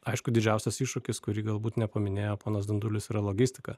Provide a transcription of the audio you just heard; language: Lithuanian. aišku didžiausias iššūkis kurį galbūt nepaminėjo ponas dundulis yra logistika